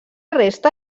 resta